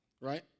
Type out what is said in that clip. right